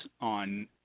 on